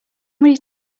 many